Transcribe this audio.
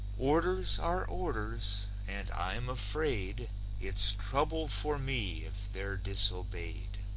orders are orders and i'm afraid it's trouble for me if they're disobeyed.